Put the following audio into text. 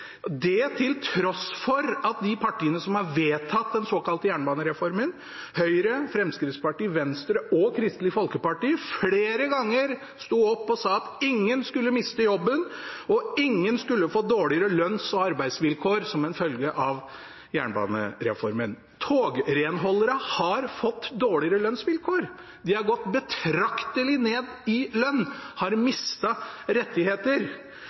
det til tross for at de partiene som har vedtatt den såkalte jernbanereformen, Høyre, Fremskrittspartiet, Venstre og Kristelig Folkeparti, flere ganger sto opp og sa at ingen skulle miste jobben, og at ingen skulle få dårligere lønns- og arbeidsvilkår som en følge av jernbanereformen. Togrenholderne har fått dårligere lønnsvilkår. De har gått betraktelig ned i lønn og mistet rettigheter.